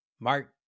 Mark